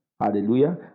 Hallelujah